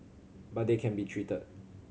but they can be treated